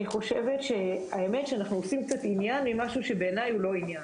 אני חושבת שהאמת שאנחנו עושים קצת עניין ממשהו שבעיני הוא לא עניין